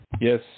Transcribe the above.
Yes